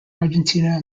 argentina